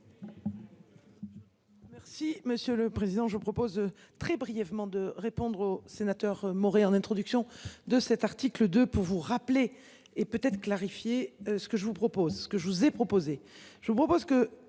Merci monsieur le président je propose très brièvement de répondre au sénateur Maurey en introduction de cet article de pour vous rappeler, et peut être clarifié ce que je vous propose, ce que je vous ai proposé,